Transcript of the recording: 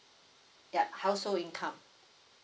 ya household income